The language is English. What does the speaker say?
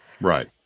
Right